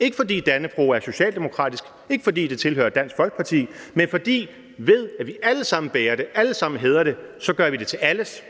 ikke fordi Dannebrog er socialdemokratisk, ikke fordi det tilhører Dansk Folkeparti, men fordi vi, ved at vi alle sammen bærer det og alle sammen hædrer det, gør det til alles